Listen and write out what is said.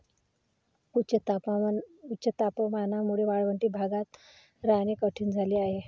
उच्च तापमानामुळे वाळवंटी भागात राहणे कठीण झाले आहे